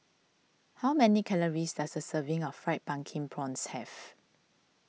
how many calories does a serving of Fried Pumpkin Prawns have